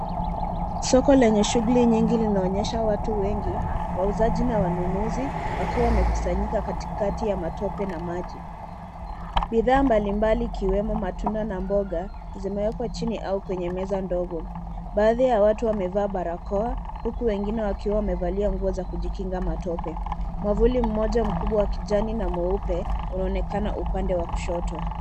Soko lenye shughuli nyingi linaonyesha watu wengi wauzaji na wanunuzi wakiwa wamekusanyika katikati ya matope na maji. Bidhaa mbalimbali ikiwemo matunda na mboga, zimewekwa chini au kwenye meza ndogo. Baadhi ya watu wamevaa barakoa huku wengine wakiwa wamevalia nguo za kujikinga matope. Mwavuli mmoja mkubwa wa kijani na mweupe unaonekana upande wa kushoto.